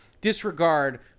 disregard